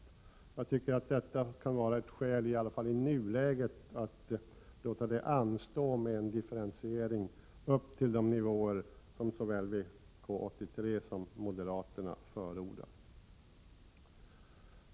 Jag tycker detta kan vara ett skäl att åtminstone i nuläget låta det anstå med en differentiering upp till de nivåer som såväl VK 83 som moderaterna förordar.